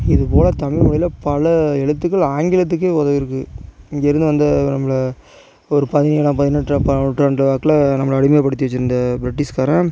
இதுபோல் தமிழ்மொழியில் பல எழுத்துக்கள் ஆங்கிலத்துக்கே உதவிருக்கு இங்கேருந்து வந்த நம்ம ஒரு பதினேழாம் பதினெட்டு பா நூற்றாண்டு வாக்கில் நம்மளை அடிமைப்படுத்தி வச்சுருந்த பிரிட்டிஷ்காரன்